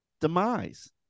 demise